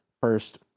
first